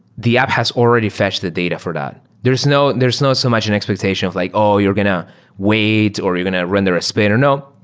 the app has already fetched the data for that. there's no there's no so much an expectation of like all, oh, you're going to wait or you're going to render a spinner. no,